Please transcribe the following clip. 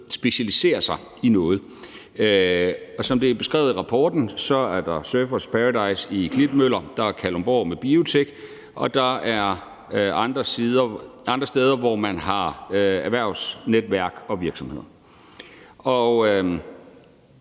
specialiserer sig i noget. Som det er beskrevet i rapporten, er der Surfer's Paradise i Klitmøller, der er Kalundborg med biotech, og der er andre steder, hvor man har erhvervsnetværk og virksomheder.